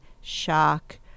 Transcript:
shock